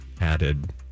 added